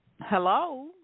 Hello